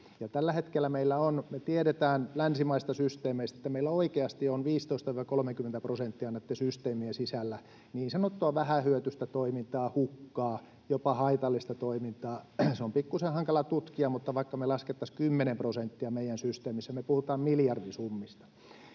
Tällä hetkellä meillä on — me tiedetään länsimaisista systeemeistä — meillä oikeasti on 15—30 prosenttia näitten systeemien sisällä niin sanottua vähähyötyistä toimintaa, hukkaa, jopa haitallista toimintaa. Se on pikkuisen hankala tutkia, mutta vaikka me laskettaisiin 10 prosenttia meidän systeemissä, me puhutaan miljardisummista.